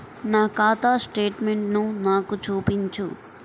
నా ఖాతా స్టేట్మెంట్ను నాకు చూపించు